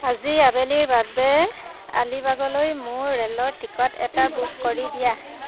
আজি আবেলিৰ বাবে আলিবাগলৈ মোক ৰে'লৰ টিকট এটা বুক কৰি দিয়া